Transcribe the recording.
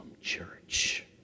church